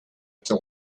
этой